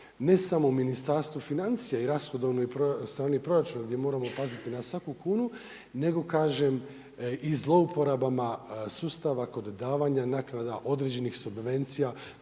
ne samo Ministarstvu financija i rashodovnoj strani proračuna, gdje moramo paziti na svaku kunu, nego kažem i zlouporabama sustava kod davanja naknada, određenih subvencija